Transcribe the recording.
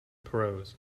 prose